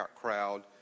crowd